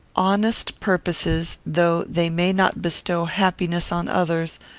honest purposes, though they may not bestow happiness on others,